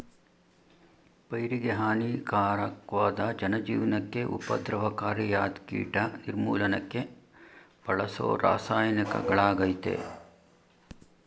ಪೈರಿಗೆಹಾನಿಕಾರಕ್ವಾದ ಜನಜೀವ್ನಕ್ಕೆ ಉಪದ್ರವಕಾರಿಯಾದ್ಕೀಟ ನಿರ್ಮೂಲನಕ್ಕೆ ಬಳಸೋರಾಸಾಯನಿಕಗಳಾಗಯ್ತೆ